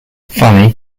funny